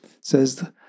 says